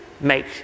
make